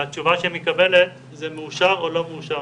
והתשובה שמתקבלת אם זה מאושר או לא מאושר.